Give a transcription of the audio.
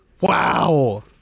Wow